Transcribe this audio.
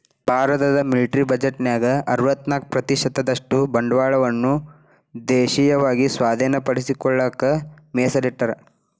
ಭಾರತದ ಮಿಲಿಟರಿ ಬಜೆಟ್ನ್ಯಾಗ ಅರವತ್ತ್ನಾಕ ಪ್ರತಿಶತದಷ್ಟ ಬಂಡವಾಳವನ್ನ ದೇಶೇಯವಾಗಿ ಸ್ವಾಧೇನಪಡಿಸಿಕೊಳ್ಳಕ ಮೇಸಲಿಟ್ಟರ